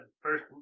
first